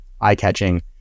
eye-catching